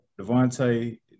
Devontae